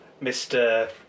Mr